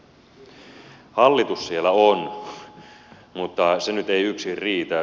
hallitus siellä on mutta se nyt ei yksin riitä